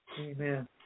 Amen